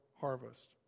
harvest